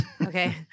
Okay